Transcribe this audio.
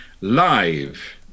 live